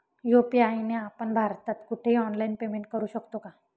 UPI ने आपण भारतात कुठेही ऑनलाईन पेमेंट करु शकतो का?